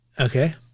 Okay